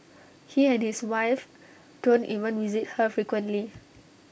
he and his wife don't even visit her frequently